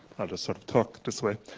i'll just sort of talk this way.